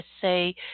say